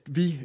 vi